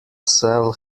cell